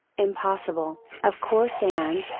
impossible, of course and,